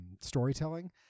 storytelling